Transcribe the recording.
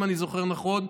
אם אני זוכר נכון,